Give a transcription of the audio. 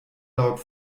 laut